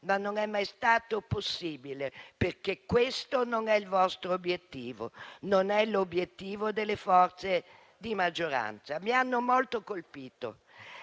Ma non è mai stato possibile, perché questo non è il vostro obiettivo, non è l'obiettivo delle forze di maggioranza. Mi hanno molto colpito